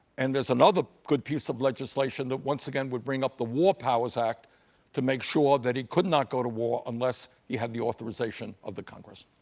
and there's another good piece of legislation that, once again, would bring up the war powers act to make sure that he could not go to war unless he had the authorization of the congress.